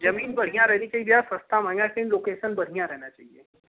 ज़मीन बढ़िया रहनी चाहिए या सस्ता महंगा लोकेसन बढ़िया रहना चाहिए